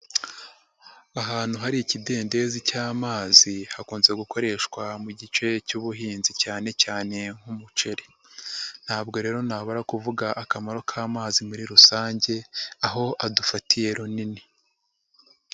Ahantu hari ikidendezi cy'amazi hakunze gukoreshwa mu gice cy'ubuhinzi cyane cyane nk'umuceri. Ntabwo rero nabura kuvuga akamaro k'amazi muri rusange aho adufatiye runini.